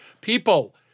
People –